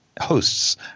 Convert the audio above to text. hosts